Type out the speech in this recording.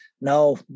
no